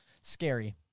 scary